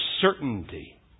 certainty